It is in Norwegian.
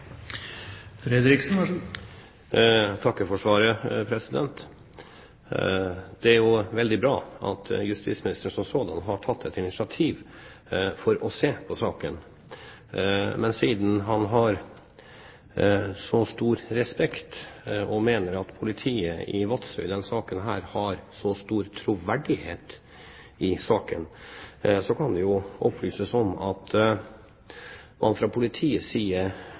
Jeg takker for svaret. Det er veldig bra at justisministeren som sådan har tatt et initiativ til å se på saken. Men siden han har så stor respekt for politiet i Vadsø og mener at de har så stor troverdighet i denne saken, kan det jo opplyses om at man fra politiets side